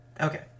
Okay